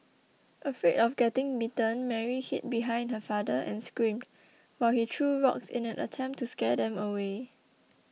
afraid of getting bitten Mary hid behind her father and screamed while he threw rocks in an attempt to scare them away